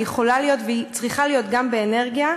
היא יכולה להיות והיא צריכה להיות גם באנרגיה.